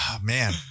Man